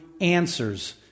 answers